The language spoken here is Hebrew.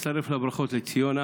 אצטרף לברכות לציונה,